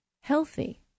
healthy